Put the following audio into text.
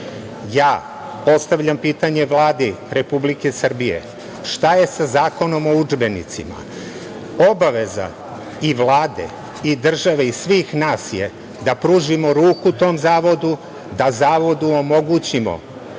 ja postavljam pitanje Vladi Republike Srbije – šta je sa Zakonom o udžbenicima? Obaveza i Vlade i države i svih nas je da pružimo ruku tom Zavodu, da Zavodu omogućimo